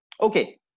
okay